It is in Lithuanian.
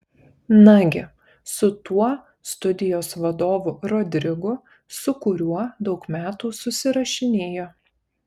nagi su tuo studijos vadovu rodrigu su kuriuo daug metų susirašinėjo